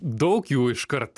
daug jų iš kart